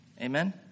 Amen